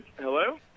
hello